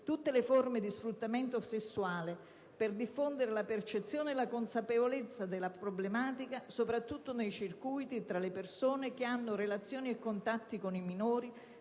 tutte le forme di sfruttamento sessuale, per diffondere la percezione e la consapevolezza della problematica, soprattutto nei circuiti e tra le persone che hanno relazioni e contatti con i minori